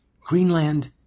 Greenland